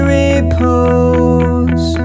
repose